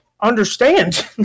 understand